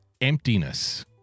emptiness